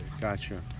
Gotcha